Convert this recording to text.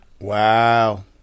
Wow